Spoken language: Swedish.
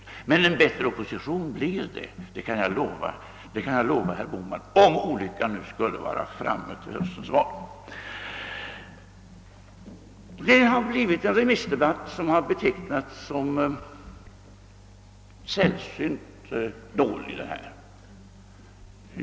Men en bättre opposition blir det. Det kan jag lova herr Bohman, om olyckan nu skulle vara framme vid höstens val. Detta har blivit en remissdebatt som betecknats som sällsynt dålig.